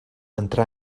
entrar